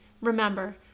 Remember